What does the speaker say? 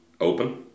Open